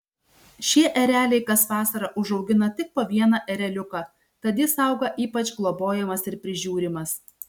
šie ereliai kas vasarą užaugina tik po vieną ereliuką tad jis auga ypač globojamas ir prižiūrimas